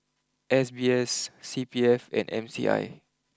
S B S C P F and M C I